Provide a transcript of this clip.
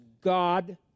God